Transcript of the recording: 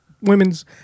women's